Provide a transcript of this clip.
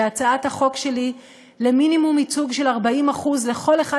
בהצעת החוק שלי למינימום ייצוג של 40% לכל אחד